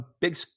big